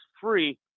free